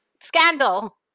scandal